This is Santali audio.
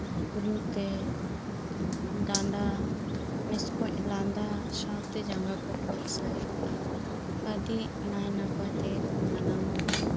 ᱨᱮᱛᱮ ᱰᱟᱸᱰᱟ ᱢᱮᱥᱠᱚᱡ ᱞᱟᱸᱫᱟ ᱥᱟᱶᱛᱮ ᱡᱟᱸᱜᱟ ᱠᱚ ᱠᱚᱞᱥᱟᱭᱟ ᱟᱹᱰᱤ ᱱᱟᱭᱱᱟᱯᱟᱭ ᱛᱮᱜᱮᱠᱚ ᱢᱟᱱᱟᱣᱟ